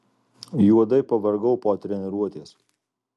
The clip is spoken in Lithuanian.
juodai pavargau po treniruotės